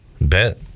Bet